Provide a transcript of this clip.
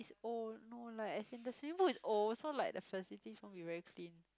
is old no like as in the swimming pool is old so like the facilities won't be very clean